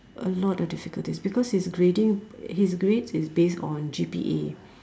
a lot of difficulties because his grading his grades is based on G_P_A